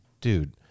Dude